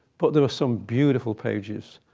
but there are some beautiful pages.